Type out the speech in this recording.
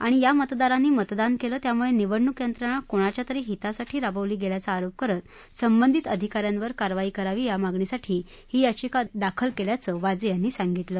आणि या मतदारांनी मतदान केले त्यामुळे निवडणूक यंत्रणा कोणाच्या तरी हितासाठी राबिविली गेल्याच आरोप करीत संबंधित अधिकाऱ्यांवर कारवाई करावी या मागणीसाठी ही याचिका दाखल केल्याचं वाजे यांनी सांगितलं